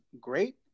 great